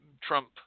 Trump